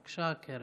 בבקשה, קרן,